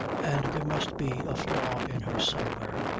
and there must be a flaw in her somewhere,